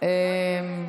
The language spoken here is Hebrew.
אותי.